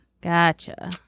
Gotcha